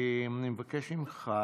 אני מבקש ממך